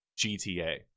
GTA